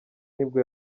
nibwo